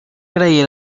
agrair